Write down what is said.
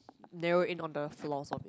kneel in on the floors